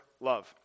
love